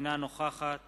אינה נוכחת